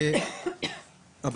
ובכן,